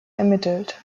ermittelt